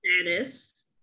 status